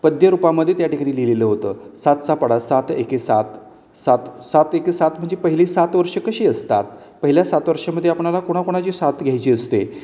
पद्यरूपामध्ये त्याठिकाणी लिहिलेलं होतं सातचा पाढा सात एके सात सात सात एके सात म्हणजे पहिले सात वर्ष कशी असतात पहिल्या सात वर्षामध्ये आपणाला कोणाकोणाची सात घ्यायची असते